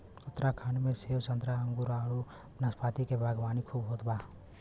उत्तराखंड में सेब संतरा अंगूर आडू नाशपाती के बागवानी खूब होत बा